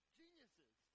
geniuses